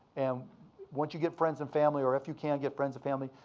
and once you get friends and family, or if you can't get friends and family,